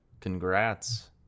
congrats